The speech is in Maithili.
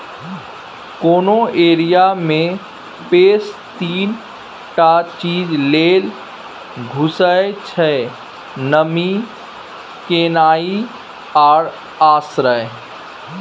कोनो एरिया मे पेस्ट तीन टा चीज लेल घुसय छै नमी, खेनाइ आ आश्रय